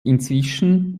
inzwischen